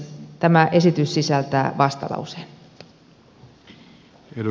tämä esitys sisältää vastalauseen